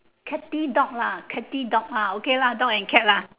catty dog lah catty dog ah okay lah dog and cat lah